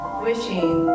wishing